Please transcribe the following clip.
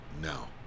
now